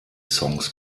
songs